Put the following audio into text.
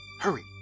Hurry